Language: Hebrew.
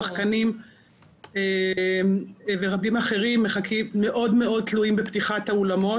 שחקנים ורבים אחרים מאוד מאוד תלויים בפתיחת האולמות,